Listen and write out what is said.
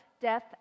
death